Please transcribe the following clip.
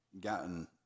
gotten